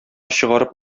чыгарып